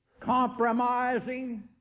compromising